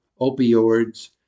opioids